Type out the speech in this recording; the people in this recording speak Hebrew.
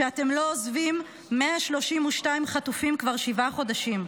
שאתם לא עוזבים 132 חטופים כבר שבעה חודשים,